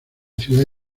ciudad